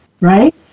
right